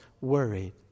worried